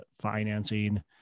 financing